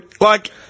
Like-